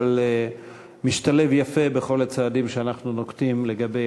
אבל משתלב יפה בכל הצעדים שאנחנו נוקטים לגבי